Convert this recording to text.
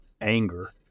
anger